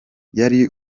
yari